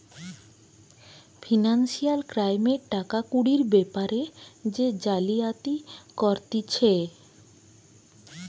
financial ক্রাইমে টাকা কুড়ির বেপারে যে জালিয়াতি করতিছে